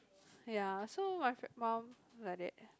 ya so my f~ mum like that